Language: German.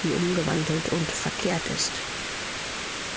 wie umgewandelt und verkehrt ist